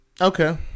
Okay